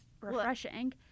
refreshing